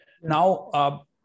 Now